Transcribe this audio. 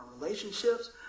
relationships